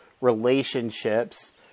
relationships